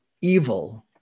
evil